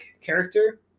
character